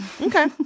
Okay